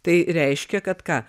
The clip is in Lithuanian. tai reiškia kad ką